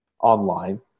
online